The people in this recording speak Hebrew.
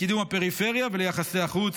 לקידום הפריפריה וליחסי החוץ.